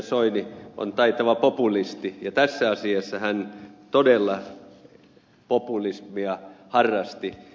soini on taitava populisti ja tässä asiassa hän todella populismia harrasti